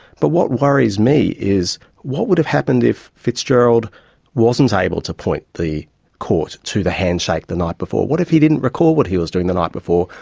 but what worries me is what would have happened if fitzgerald wasn't able to point the court to the handshake the night before? what if he didn't recall what he was doing the night before?